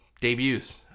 debuts